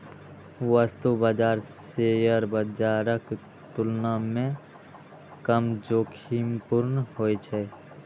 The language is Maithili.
वस्तु बाजार शेयर बाजारक तुलना मे कम जोखिमपूर्ण होइ छै